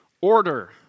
order